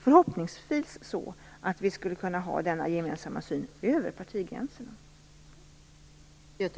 Förhoppningsvis skulle vi också kunna ha denna gemensamma syn över partigränserna.